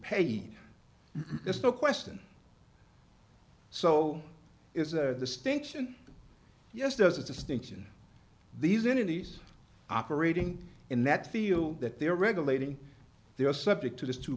a question so is a distinction yes there's a distinction these entities operating in that feel that they're regulating they are subject to this t